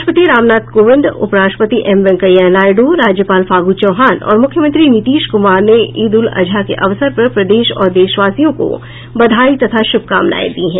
राष्ट्रपति रामनाथ कोविंद उप राष्ट्रपति एम वेंकैया नायड्र राज्यपाल फागू चौहान और मुख्यमंत्री नीतीश कुमार ने ईद उल अजहा के अवसर पर प्रदेश और देशवासियों को बधाई तथा शुभकामनायें दी है